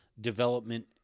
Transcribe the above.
development